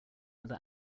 other